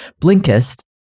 Blinkist